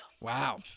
wow